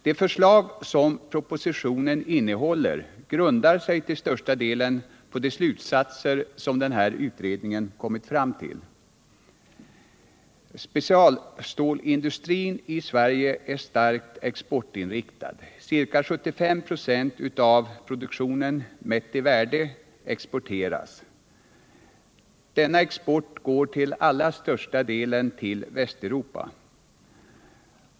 De förslag som propositionen innehåller grundar sig till största delen på de slutsatser som utredningen kommit fram till. Specialstålindustrin är starkt exportinriktad, ca 75 av produktionen, mätt i värde, exporteras. Denna export går till allra största delen till Västeuropa.